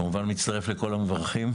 אני כמובן מצטרף לכל המברכים.